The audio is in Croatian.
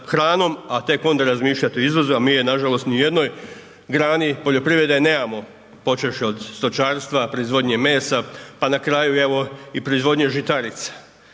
a tek onda razmišljati o izvozu a mi je nažalost u ni jednoj grani poljoprivrede nemamo počevši od stočarstva, proizvodnje mesa pa na kraju evo i proizvodnje žitarica.